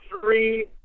three